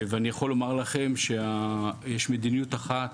ואני יכול לומר לכם שיש מדיניות אחת